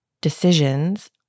decisions